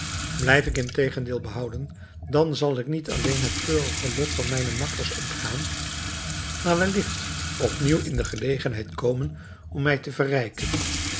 blijf ik integendeel behouden dan zal ik niet alleen het treurige lot van mijne makkers ontgaan maar welligt op nieuw in de gelegenheid komen om mij te verrijken